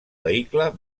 vehicle